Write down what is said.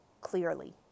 clearly